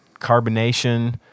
carbonation